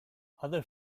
other